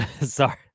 Sorry